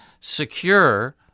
secure